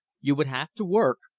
you would have to work.